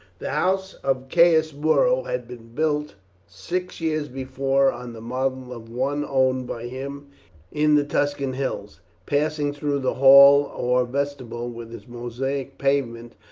the house of caius muro had been built six years before on the model of one owned by him in the tuscan hills. passing through the hall or vestibule, with its mosaic pavement,